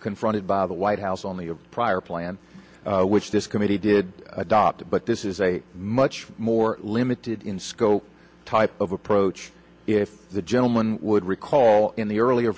confronted by the white house on the prior plan which this committee did adopt but this is a much more limited in scope type of approach if the gentleman would recall in the earlier